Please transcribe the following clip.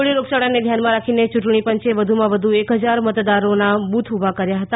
Covid રોગયાળાને ધ્યાનમાં રાખીને ચૂંટણી પંચે વધુમાં વધુ એક હજાર મતદારોના બૂથ ઉભા કર્યા હતા